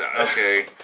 okay